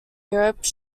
europe